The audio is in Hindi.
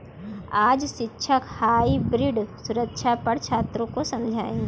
आज शिक्षक हाइब्रिड सुरक्षा पर छात्रों को समझाएँगे